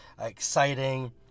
exciting